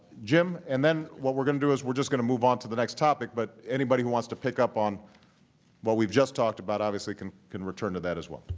jim. and then what we're going to do is we're just going to move on to the next topic. but anybody who wants to pick up on what we've just talked about obviously can can return to that as well.